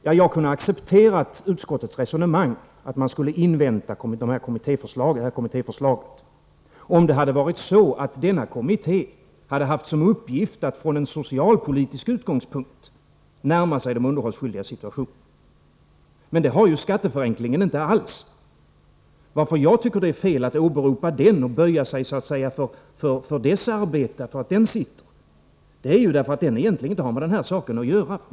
Jag hade kunnat acceptera utskottets resonemang att man skall invänta kommittéförslaget, om denna kommitté hade haft till uppgift att från en socialpolitisk utgångspunkt närma sig de underhållsskyldigas situation. Det har skatteförenklingskommittén inte haft, varför jag tycker att det är fel att åberopa den och böja sig för dess arbete. Det har egentligen inte med den här saken att göra.